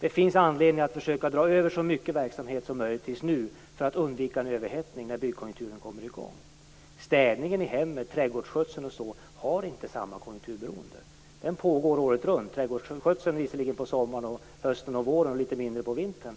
Det finns anledning att försöka dra över så mycket verksamhet som möjligt tills nu för att undvika en överhettning när byggkonjunkturen kommer i gång. Städning i hemmet, trädgårdsskötsel och sådant har inte samma konjunkturberoende. De pågår året runt, trädgårdsskötseln visserligen på sommaren, hösten och våren och litet mindre på vintern.